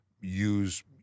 use